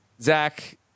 Zach